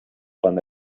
pan